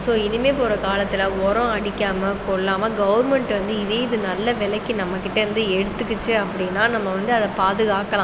so இனிமேல் போகிற காலத்தில் உரம் அடிக்காமல் கொள்ளாமல் கவெர்மெண்ட் வந்து இதே இதை நல்ல விலைக்கு நம்ம கிட்டே இருந்து எடுத்துக்கிச்சு அப்படின்னா நம்ம வந்து அதை பாதுகாக்கலாம்